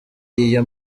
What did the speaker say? iyo